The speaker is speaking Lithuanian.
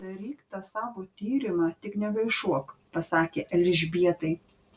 daryk tą savo tyrimą tik negaišuok pasakė elžbietai